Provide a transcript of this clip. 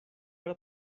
hora